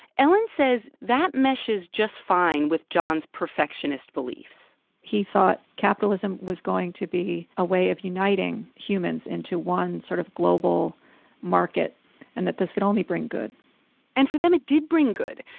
ellen says that meshes just fine with john's perfectionist beliefs he thought capitalism was going to be a way of uniting humans into one sort of global market and that this could only bring good and, for them, it did bring good.